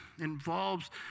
involves